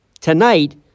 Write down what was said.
tonight